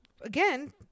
again